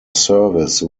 service